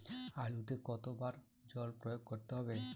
আলুতে কতো বার জল প্রয়োগ করতে হবে?